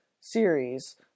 series